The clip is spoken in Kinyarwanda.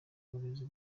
burezi